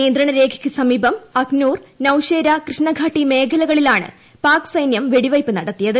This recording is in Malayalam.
നിയന്ത്രണരേഖയ്ക്ക് സമീപം അവ്നൂർ നൌഷേര കൃഷ്ണഖാട്ടി മേഖലകളിലാണ് പാക് സൈന്യം വെടിവയ്പ്പ് നടത്തിയത്